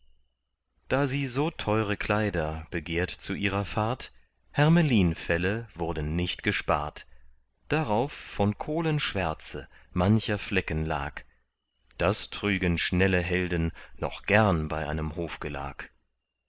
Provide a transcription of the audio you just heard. da sie so teure kleider begehrt zu ihrer fahrt hermelinfelle wurden nicht gespart darauf von kohlenschwärze mancher flecken lag das trügen schnelle helden noch gern bei einem